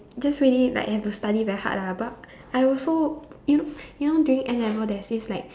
just really like have to study very hard lah but I also you know you know during N-level there's this like